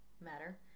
matter